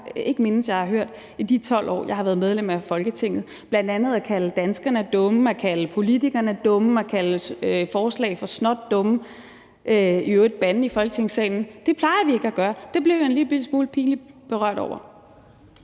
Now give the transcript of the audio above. ikke mindes jeg har hørt i de 12 år, jeg har været medlem af Folketinget, bl.a. at kalde danskerne dumme, at kalde politikerne dumme, at kalde forslag snotdumme og i øvrigt at bande i Folketingssalen. Det plejer vi ikke at gøre. Det blev jeg en lillebitte smule pinligt berørt over.